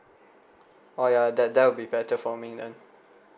oh ya that that will be better for me then